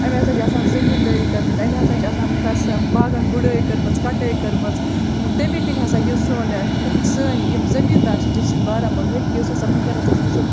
أمۍ ہَسا چھِ آسان زٔمیٖندٲری کٔرمٕژ أمۍ ہَسا چھِ آسان پھرٛٮ۪سَن باغن گُڑٲے کٔرمٕژ کَٹٲے کٔرمٕژ تَمے کِنۍ ہَسا یُس سون سٲنۍ یِم زٔمیٖندار چھِ ڈِسٹِرٛک بارہمُلہٕکۍ یُس ہَسا وٕنۍکٮ۪نَس أسۍ وٕچھو